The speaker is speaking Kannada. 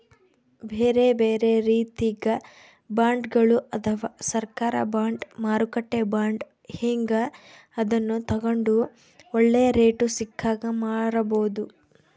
ಬೇರೆಬೇರೆ ರೀತಿಗ ಬಾಂಡ್ಗಳು ಅದವ, ಸರ್ಕಾರ ಬಾಂಡ್, ಮಾರುಕಟ್ಟೆ ಬಾಂಡ್ ಹೀಂಗ, ಅದನ್ನು ತಗಂಡು ಒಳ್ಳೆ ರೇಟು ಸಿಕ್ಕಾಗ ಮಾರಬೋದು